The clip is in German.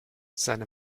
seine